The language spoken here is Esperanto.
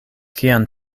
kian